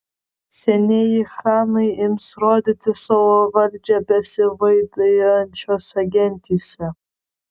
senieji chanai ims rodyti savo valdžią besivaidijančiose gentyse